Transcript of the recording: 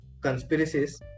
conspiracies